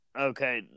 okay